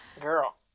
Girl